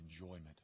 enjoyment